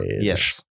yes